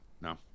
No